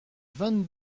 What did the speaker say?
vingt